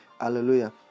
Hallelujah